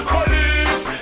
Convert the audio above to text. Police